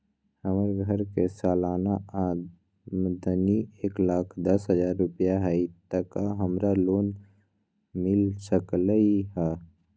हमर घर के सालाना आमदनी एक लाख दस हजार रुपैया हाई त का हमरा लोन मिल सकलई ह?